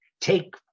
take